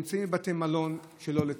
נמצאים בבתי מלון שלא לצורך,